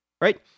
right